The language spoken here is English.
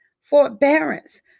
forbearance